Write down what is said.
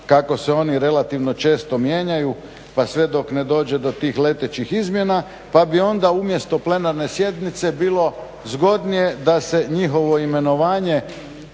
kako se oni relativno često mijenjaju, pa sve dok ne dođe do tih letećih izmjena, pa bi onda umjesto plenarne sjednice bilo zgodnije da se njihovo imenovanje